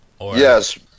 Yes